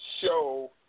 show